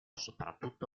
soprattutto